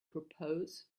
propose